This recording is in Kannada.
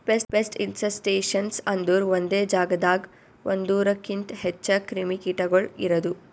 ಪೆಸ್ಟ್ ಇನ್ಸಸ್ಟೇಷನ್ಸ್ ಅಂದುರ್ ಒಂದೆ ಜಾಗದಾಗ್ ಒಂದೂರುಕಿಂತ್ ಹೆಚ್ಚ ಕ್ರಿಮಿ ಕೀಟಗೊಳ್ ಇರದು